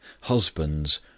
Husbands